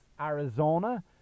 Arizona